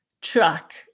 truck